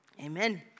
Amen